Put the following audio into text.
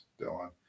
Dylan